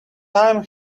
time